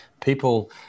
People